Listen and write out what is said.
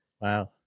Wow